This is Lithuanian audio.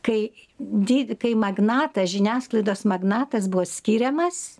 kai dy kai magnatas žiniasklaidos magnatas buvo skiriamas